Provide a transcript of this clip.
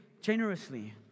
generously